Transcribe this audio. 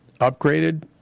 upgraded